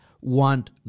want